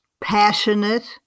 passionate